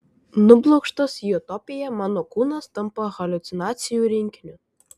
nublokštas į utopiją mano kūnas tampa haliucinacijų rinkiniu